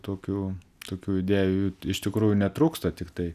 tokių tokių idėjų iš tikrųjų netrūksta tiktai